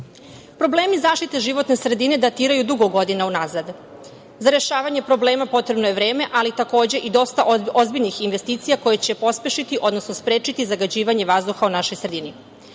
zaštite životne sredine datiraju dugo godina unazad. Za rešavanje problema potrebno je vreme, ali takođe i dosta ozbiljnih investicija koje će pospešiti, odnosno sprečiti zagađivanje vazduha u našoj sredini.